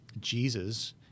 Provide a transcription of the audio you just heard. Jesus